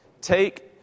Take